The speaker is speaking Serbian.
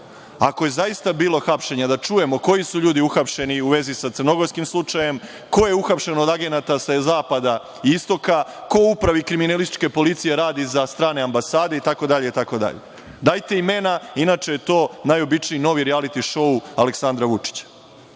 Ako je zaista bilo hapšenja, hajde da čujemo koji su ljudi uhapšeni u vezi sa crnogorskim slučajem, ko je uhapšen od agenata sa zapada i istoka, ko u Upravi kriminalističke policije radi za strane ambasade, itd. Dajte imena, inače je to novi rijaliti šou Aleksandra Vučića.Za